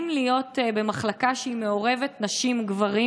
אם להיות במחלקה מעורבת של נשים וגברים